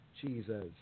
Jesus